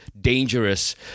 dangerous